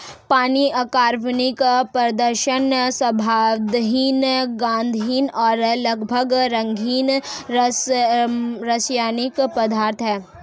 पानी अकार्बनिक, पारदर्शी, स्वादहीन, गंधहीन और लगभग रंगहीन रासायनिक पदार्थ है